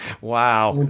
Wow